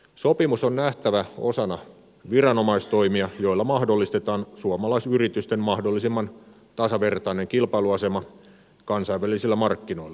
sopimus on nähtävä osana viranomaistoimia joilla mahdollistetaan suomalaisyritysten mahdollisimman tasavertainen kilpailuasema kansainvälisillä markkinoilla